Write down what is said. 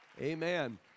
amen